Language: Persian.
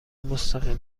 مستقیم